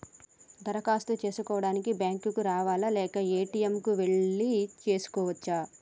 దరఖాస్తు చేసుకోవడానికి బ్యాంక్ కు రావాలా లేక ఏ.టి.ఎమ్ కు వెళ్లి చేసుకోవచ్చా?